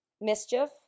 mischief